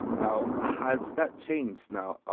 now, has that changed now?